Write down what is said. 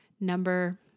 Number